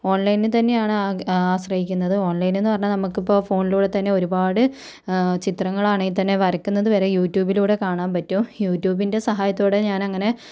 ഓൺലൈനിനെ തന്നെയാണ് ആ ആശ്രയിക്കുന്നത് ഓൺലൈനെന്ന് പറഞ്ഞാൽ നമുക്കിപ്പോൾ ഫോണിലൂടെ തന്നെ ഒരുപാട് ചിത്രങ്ങളാണെൽ തന്നെ വരക്കുന്നതു വരെ യൂറ്റ്യുബിലൂടെ കാണാൻ പറ്റും യൂറ്റ്യുബിൻ്റെ സഹായത്തോടെ ഞാനങ്ങനെ